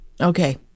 Okay